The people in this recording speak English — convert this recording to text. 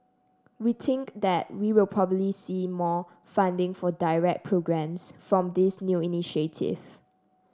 we think that we will probably see more funding for direct programmes from this new initiative